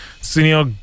senior